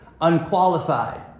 unqualified